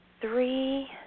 three